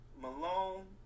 Malone